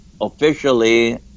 officially